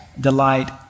delight